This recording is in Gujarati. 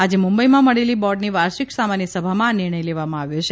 આજે મુંબઈમાં મળેલી બોર્ડની વાર્ષિક સામાન્ય સભામાં આ નિર્ણય લેવામાં આવ્યો છે